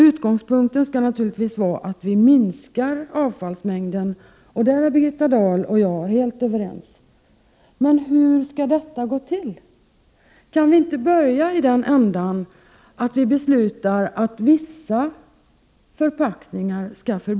Utgångspunkten skall naturligtvis vara att vi minskar avfallsmängden, och det är Birgitta Dahl och jag helt överens om. Men hur skall detta gå till? Skall vi inte börja med att förbjuda vissa förpackningar?